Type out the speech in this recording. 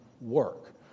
work